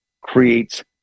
creates